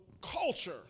culture